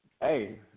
Hey